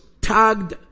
tagged